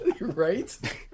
Right